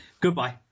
Goodbye